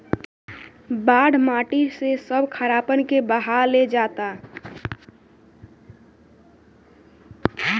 बाढ़ माटी से सब खारापन के बहा ले जाता